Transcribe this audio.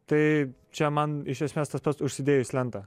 tai čia man iš esmės tas pats užsidėjus lentą